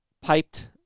piped